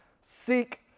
Seek